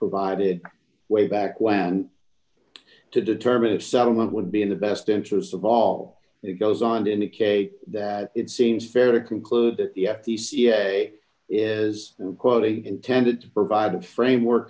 provided way back when to determine if settlement would be in the best interest of all it goes on to indicate that it seems very conclude that the f t c is quality intended to provide a framework